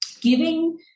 giving